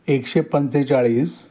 एकशे पंचेचाळीस